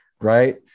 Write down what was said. right